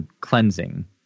cleansing